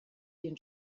den